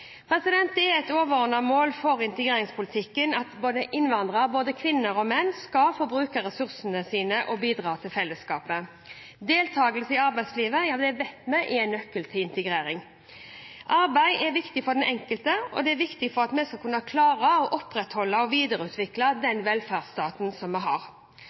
Det er et overordnet mål for integreringspolitikken at innvandrere – både kvinner og menn – skal få bruke ressursene sine og bidra til fellesskapet. Deltagelse i arbeidslivet vet vi er nøkkelen til integrering. Arbeid er viktig for den enkelte, og det er viktig for at vi skal kunne klare å opprettholde og videreutvikle den velferdsstaten som vi har.